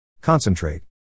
concentrate